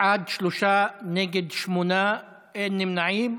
בעד, שלושה, נגד, שמונה, אין נמנעים.